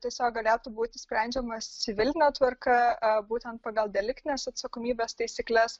tiesiog galėtų būti sprendžiamas civiline tvarka būtent pagal deliktinės atsakomybės taisykles